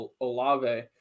Olave